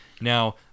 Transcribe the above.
Now